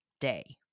day